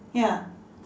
ya